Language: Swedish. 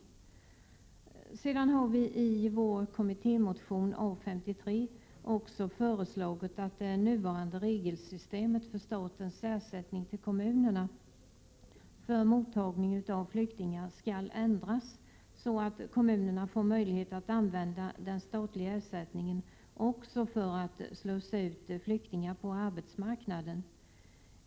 FRE HORST EG Vidare har vi i vår kommittémotion A53 även föreslagit att de nuvarande de åtgärder m. m, reglerna för statens ersättning till kommunerna för mottagning av flyktingar skall ändras så, att kommunerna får möjlighet att använda den statliga ersättningen också för att slussa ut flyktingar på arbetsmarknaden.